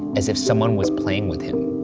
as if someone was playing with him,